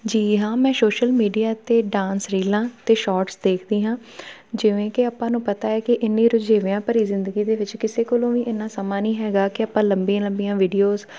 ਜੀ ਹਾਂ ਮੈਂ ਸ਼ੋਸ਼ਲ ਮੀਡੀਆ 'ਤੇ ਡਾਂਸ ਰੀਲਾਂ ਅਤੇ ਸ਼ੌਟਸ ਦੇਖਦੀ ਹਾਂ ਜਿਵੇਂ ਕਿ ਆਪਾਂ ਨੂੰ ਪਤਾ ਹੈ ਕਿ ਇੰਨੀ ਰੁਝੇਵਿਆਂ ਭਰੀ ਜ਼ਿੰਦਗੀ ਦੇ ਵਿੱਚ ਕਿਸੇ ਕੋਲੋਂ ਵੀ ਇੰਨਾਂ ਸਮਾਂ ਨਹੀਂ ਹੈਗਾ ਕਿ ਆਪਾਂ ਲੰਬੀਆਂ ਲੰਬੀਆਂ ਵੀਡੀਓਸ